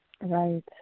Right